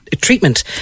treatment